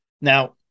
Now